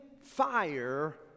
fire